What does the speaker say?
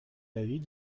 l’avis